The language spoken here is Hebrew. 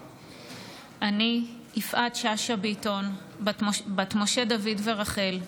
אני, יפעת שאשא ביטון, בת משה דוד ורחל,